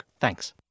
Thanks